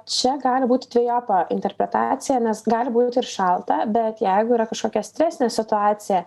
čia gali būti dvejopa interpretacija nes gali būti ir šalta bet jeigu yra kažkokia stresinė situacija